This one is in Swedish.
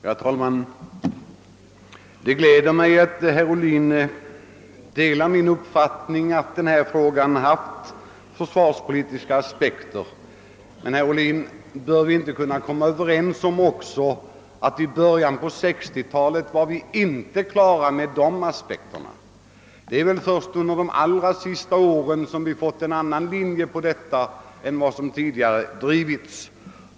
Herr talman! Det gläder mig att herr Ohlin delar min uppfattning att denna fråga haft försvarspolitiska aspekter. Men, herr Ohlin, bör vi inte också kunna komma överens om att man i början på 1960-talet inte hade kommit ifrån dessa aspekter? Det är först under de allra senaste åren vi gått in för en annan linje på detta område än den som tidigare drivits.